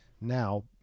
Now